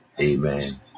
Amen